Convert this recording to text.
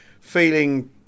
feeling